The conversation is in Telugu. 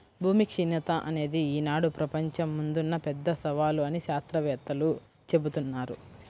భూమి క్షీణత అనేది ఈనాడు ప్రపంచం ముందున్న పెద్ద సవాలు అని శాత్రవేత్తలు జెబుతున్నారు